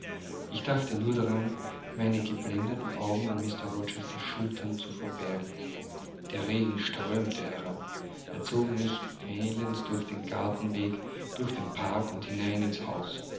ich dachte nur daran meine geblendeten augen an mr rochesters schulter zu verbergen der regen strömte herab er zog mich eilends durch den gartenweg durch den park und hinein ins haus